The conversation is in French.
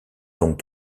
donc